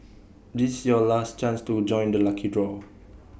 this's your last chance to join the lucky draw